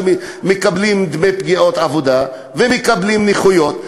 שמקבלים דמי פגיעה בעבודה ומקבלים נכויות.